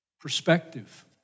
Perspective